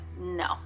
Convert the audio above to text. no